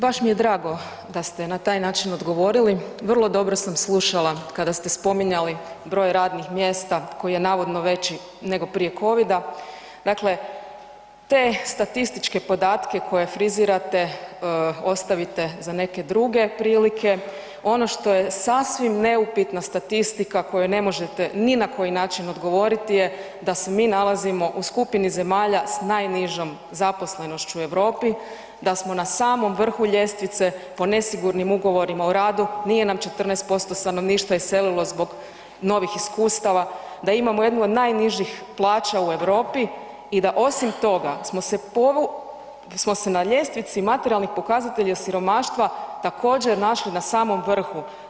Baš mi je drago da ste na taj način odgovorili, vrlo dobro sam slušala kada ste spominjali broj radnih mjesta koji je navodno veći nego prije COVID-a, dakle te statističke podatke frizirate ostavite za neke druge prilike, ono što je sasvim neupitna statistika koju ne možete ni na koji način odgovoriti je da se mi nalazimo u skupini zemalja s najnižom zaposlenošću u Europi, da smo na samom vrhu ljestvice po nesigurnim ugovorima o radu, nije nam 14% stanovništva iselilo zbog novih iskustava, da imamo jednu od najnižih plaća u Europi i da osim toga smo se na ljestvici materijalnih pokazatelja siromaštva također našli na samom vrhu.